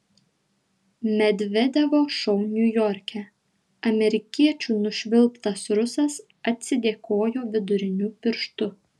medvedevo šou niujorke amerikiečių nušvilptas rusas atsidėkojo viduriniu pirštu